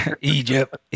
Egypt